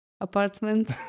Apartment